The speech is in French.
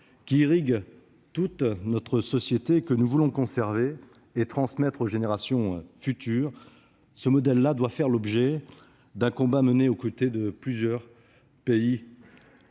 qui irrigue toute notre société et que nous voulons conserver et transmettre aux générations futures, doit faire l'objet d'un combat mené aux côtés de plusieurs pays